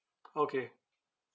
okay